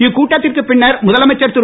இக்கூட்டத்திற்கு பின்னர் முதலமைச்சர் திரு